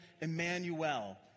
Emmanuel